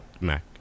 Mac